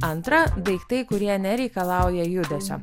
antra daiktai kurie nereikalauja judesio